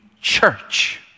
church